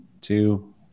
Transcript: two